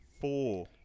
Four